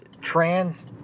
trans